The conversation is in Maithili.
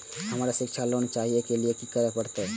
हमरा शिक्षा लोन चाही ऐ के लिए की सब करे परतै?